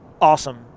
Awesome